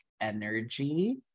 energy